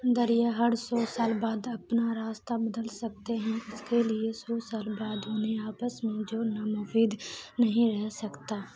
دریا ہر سو سال بعد اپنا راستہ بدل سکتے ہیں اس کے لیے سو سال بعد انھیں آپس میں جوڑنا مفید نہیں رہ سکتا